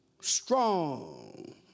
strong